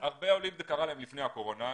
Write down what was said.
להרבה עולים זה גרה לפני הקורונה.